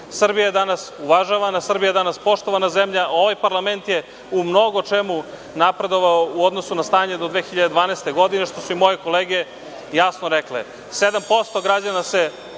Srbija je danas uvažavana, Srbija je danas poštovana zemlja, ovaj parlament je u mnogo čemu napredovao u odnosu na stanje do 2012. godine, što su i moje kolege jasno rekle,